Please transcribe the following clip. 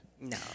No